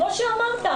כפי שאמרת,